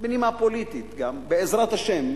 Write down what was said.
בנימה פוליטית גם, בעזרת השם,